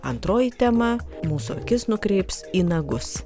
antroji tema mūsų akis nukreips į nagus